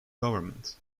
government